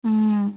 হুম